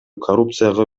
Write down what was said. коррупцияга